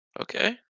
Okay